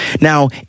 Now